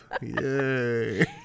Yay